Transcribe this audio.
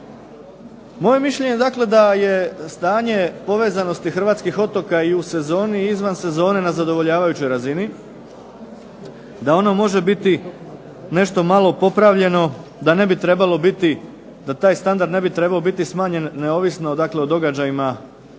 Moje mišljenje da je stanje povezanosti hrvatskih otoka i u sezoni i izvan sezone na zadovoljavajućoj razini, da ono može biti nešto malo popravljeno, da ne taj standard ne bi trebao biti smanjen neovisno o događajima koji se